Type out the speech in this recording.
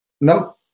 no